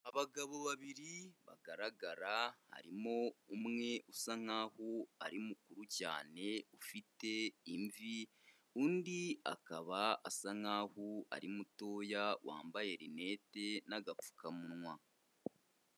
Abagabo babiri bagaragara, harimo umwe usa nk'aho ari mukuru cyane ufite imvi, undi akaba asa nk'aho ari mutoya, wambaye rinete n'agapfukamunwa.